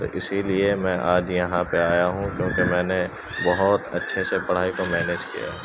تو اسی لیے میں آج یہاں پہ آیا ہوں کیونکہ میں نے بہت اچھے سے پڑھائی کو مینج کیا ہے